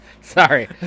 Sorry